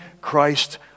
Christ